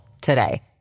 today